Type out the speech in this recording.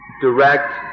direct